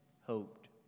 hoped